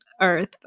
earth